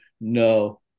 no